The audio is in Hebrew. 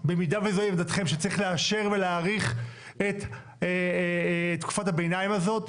במידה וזו עמדתכם שצריך לאשר ולהאריך את תקופת הביניים הזאת,